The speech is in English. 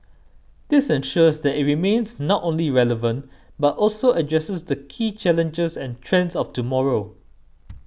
this ensures that it remains not only relevant but also addresses the key challenges and trends of tomorrow